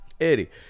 Eddie